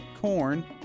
corn